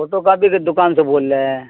photo copy کے دکان سے بول رہے ہیں